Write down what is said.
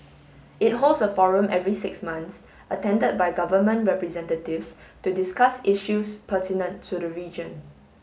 it holds a forum every six months attended by government representatives to discuss issues pertinent to the region